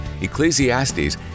Ecclesiastes